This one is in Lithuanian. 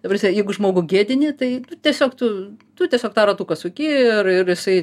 ta prasme jeigu žmogų gėdini tai tiesiog tu tu tiesiog tą ratuką suki ir ir jisai